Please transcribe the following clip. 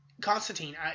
Constantine